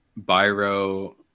byro